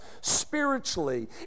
spiritually